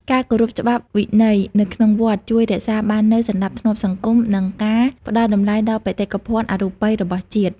ការគោរពច្បាប់វិន័យនៅក្នុងវត្ត ជួយរក្សាបាននូវសណ្តាប់ធ្នាប់សង្គម និងការផ្តល់តម្លៃដល់បេតិកភណ្ឌអរូបីរបស់ជាតិ។